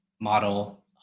model